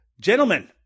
Gentlemen